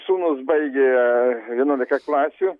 sūnus baigė vienuolika klasių